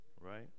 Right